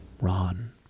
Ron